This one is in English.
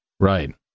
Right